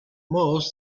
most